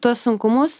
tuos sunkumus